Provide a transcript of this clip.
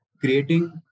creating